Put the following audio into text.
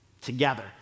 together